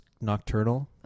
Nocturnal